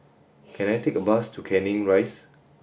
can I take a bus to Canning Rise